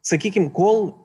sakykim kol